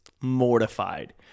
mortified